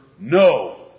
No